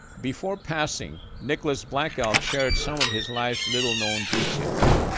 before passing, nicholas black elk shared some of his life's little-known details.